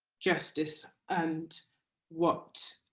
justice and what